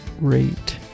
rate